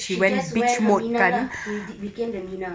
she just went her minah lah she did became the minah